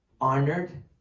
honored